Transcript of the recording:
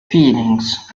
feelings